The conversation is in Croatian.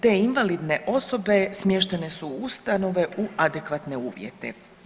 Te invalidne osobe smještene su u ustanove u adekvatne uvjete.